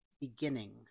beginning